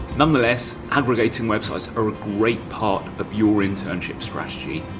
nonetheless, aggregating websites are a great part of your internship strategy.